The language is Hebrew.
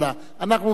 אנחנו נסתדר.